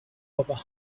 above